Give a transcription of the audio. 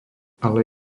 ale